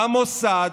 במוסד,